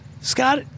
Scott